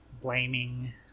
blaming